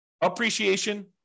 appreciation